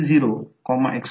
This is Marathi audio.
तर v L1 d i dt M d idt